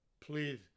Please